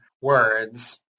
words